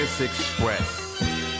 Express